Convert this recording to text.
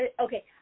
Okay